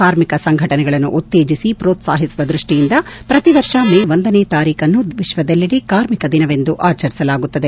ಕಾರ್ಮಿಕ ಸಂಘಟನೆಗಳನ್ನು ಉತ್ತೇಜಿಸಿ ಪ್ರೋತ್ಸಾಹಿಸುವ ದೃಷ್ಟಿಯಿಂದ ಪ್ರತಿವರ್ಷ ಮೇ ಒಂದನೇ ತಾರೀಖನ್ನು ವಿಶ್ವದಲ್ಲೆಡೆ ಕಾರ್ಮಿಕ ದಿನವೆಂದು ಆಚರಿಸಲಾಗುತ್ತದೆ